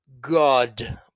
God